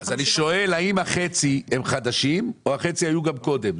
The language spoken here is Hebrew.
אני שואל האם החצי הם חדשים או החצי היו גם קודם.